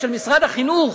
בחינוך